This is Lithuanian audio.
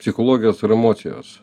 psichologijos ir emocijos